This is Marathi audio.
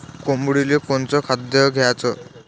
कोंबडीले कोनच खाद्य द्याच?